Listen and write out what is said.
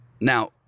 Now